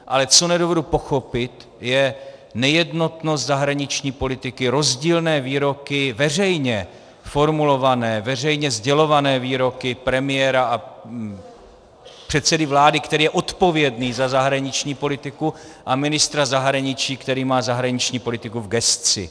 Ale co nedovedu pochopit, je nejednotnost zahraniční politiky, rozdílné výroky veřejně formulované, veřejně sdělované výroky premiéra a předsedy vlády, který je odpovědný za zahraniční politiku, a ministra zahraničí, který má zahraniční politiku v gesci.